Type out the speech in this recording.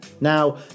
Now